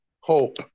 hope